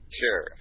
Sure